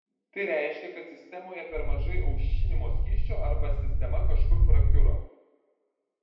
tai reiškia kad sistemoje per mažai aušinimo skysčio arba sistema kažkur prakiuro